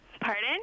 Pardon